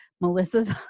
Melissa's